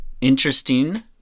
interesting